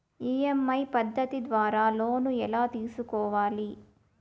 EMI పద్ధతి ద్వారా loan ఎలా తీసుకోవాలి